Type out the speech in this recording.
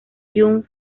jun